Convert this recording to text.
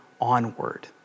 onward